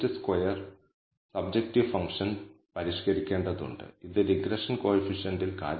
ഇത് hypothesis test formal hypothesis ടെസ്റ്റാക്കി മാറ്റാം അതിനെയാണ് എഫ് ടെസ്റ്റ് എന്ന് വിളിക്കുന്നത്